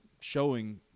showing